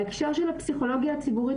בהקשר של הפסיכולוגיה הציבורית,